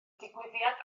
digwyddiad